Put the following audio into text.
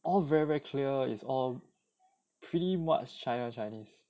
all very very clear it's all pretty much china chinese